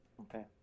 Okay